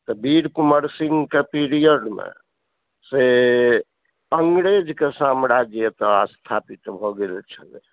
तऽ वीर कुँवर सिंहके पीरियडमे से अंग्रेजके साम्राज्य एतऽ स्थापित भए गेल छलए